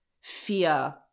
fear